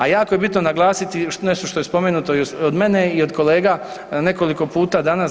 A jako je bitno naglasiti nešto što je spomenuto i od mene i od kolega nekoliko puta danas.